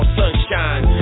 sunshine